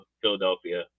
Philadelphia